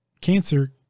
cancer